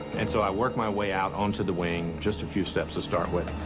and so i worked my way out onto the wing just a few steps to start with.